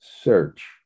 search